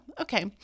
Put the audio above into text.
Okay